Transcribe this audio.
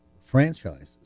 franchises